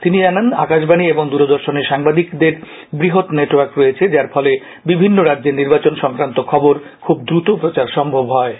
তিনি জানান আকাশবাণী ও দূরদর্শনের সাংবাদিকদের বৃহৎ নেটওয়ার্ক রয়েছে যার ফলে বিভিন্ন রাজ্যের নির্বাচন সংক্রান্ত খবর খুব দ্রুত প্রচার সম্ভব